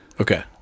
Okay